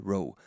Row